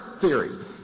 theory